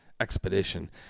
expedition